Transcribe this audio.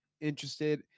interested